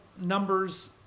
numbers